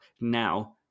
Now